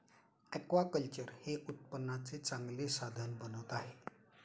aquaculture हे उत्पन्नाचे चांगले साधन बनत आहे